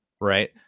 right